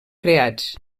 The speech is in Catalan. creats